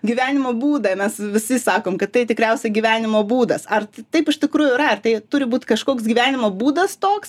gyvenimo būdą mes visi sakom kad tai tikriausiai gyvenimo būdas ar taip iš tikrųjų yra tai turi būt kažkoks gyvenimo būdas toks